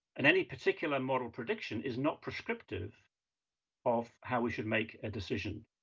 and any particular model prediction is not prescriptive of how we should make a decision.